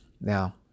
Now